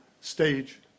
stage